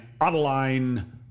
Adeline